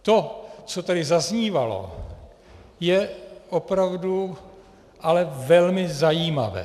To, co tady zaznívalo, je opravdu ale velmi zajímavé.